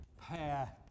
pair